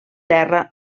terra